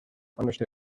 understood